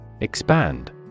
Expand